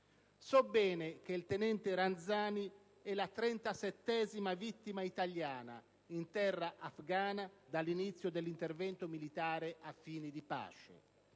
So bene che il tenente Ranzani è la trentasettesima vittima italiana in terra afgana dall'inizio dell'intervento militare a fini di pace,